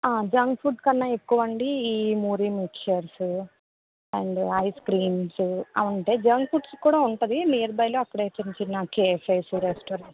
junk food కన్నా ఎక్కువ అండి ఈ మురిమిక్చర్స్ అండ్ ఐస్క్రీమ్స్ అవి ఉంటాయి జంక్ ఫుడ్ కూడా ఉంటుంది నియర్ బైలో అక్కడే చిన్న చిన్న కేఫేస్ రెస్టా